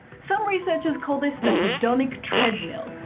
some researchers call this the hedonic treadmill,